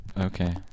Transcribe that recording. Okay